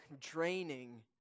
draining